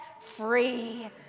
free